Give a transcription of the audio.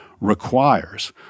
requires